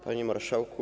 Panie Marszałku!